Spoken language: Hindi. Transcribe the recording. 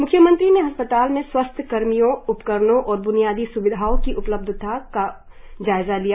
म्ख्यमंत्री ने अस्पताल में स्वास्थ्य कर्मियों उपकरणो और ब्नियादी स्विधाओं की उपलब्धता का जायजा लिया